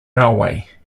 railway